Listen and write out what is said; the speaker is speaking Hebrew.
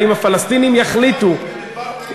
ואם הפלסטינים יחליטו,